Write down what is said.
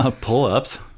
Pull-ups